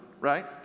right